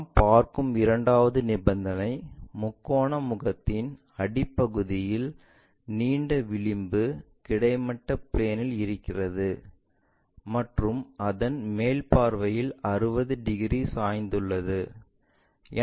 நாம் பார்க்கும் இரண்டாவது நிபந்தனை முக்கோண முகத்தின் அடிப்பகுதியின் நீண்ட விளிம்பு கிடைமட்ட பிளேன்இல் இருக்கிறது மற்றும் அது மேல் பார்வையில் 60 டிகிரி சாய்ந்துள்ளது